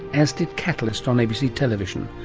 as did catalyst on abc television.